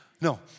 No